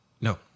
no